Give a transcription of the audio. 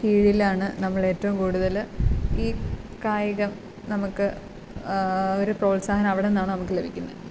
കീഴിലാണ് നമ്മൾ ഏറ്റവും കൂടുതൽ ഈ കായികം നമുക്ക് ഒരു പ്രോത്സാഹനം അവിടെ നിന്നാണ് നമുക്ക് ലഭിക്കുന്നത്